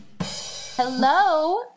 Hello